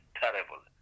terrible